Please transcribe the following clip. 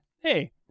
hey